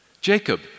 Jacob